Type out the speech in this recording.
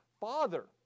Father